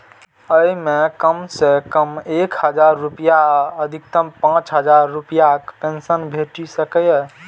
अय मे कम सं कम एक हजार रुपैया आ अधिकतम पांच हजार रुपैयाक पेंशन भेटि सकैए